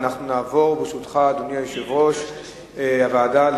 אדוני יושב-ראש הוועדה,